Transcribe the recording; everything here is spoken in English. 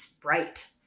bright